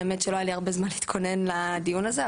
האמת שלא היה לי הרבה זמן להתכונן לדיון הזה,